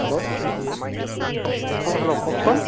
hello অ hello কওকচোন